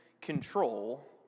control